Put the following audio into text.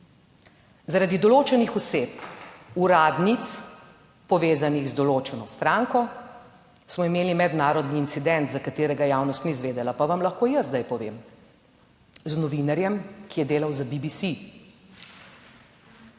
Zaradi določenih oseb, uradnic, povezanih z določeno stranko, smo imeli mednarodni incident, za katerega javnost ni izvedela. Pa vam lahko jaz zdaj povem. Z novinarjem, ki je delal za BBC,